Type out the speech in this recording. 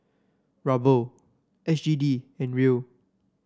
Ruble S G D and Riel